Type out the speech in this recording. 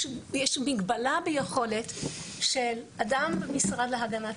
יש מגבלה ביכולת של אדם מהמשרד להגנת